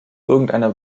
irgendeine